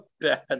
bad